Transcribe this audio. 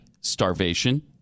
Starvation